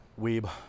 Weeb